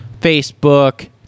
Facebook